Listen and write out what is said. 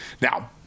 Now